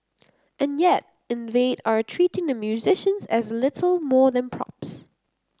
and yet Invade are treating the musicians as little more than props